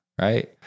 right